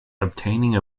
obtaining